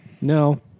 No